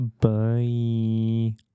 Bye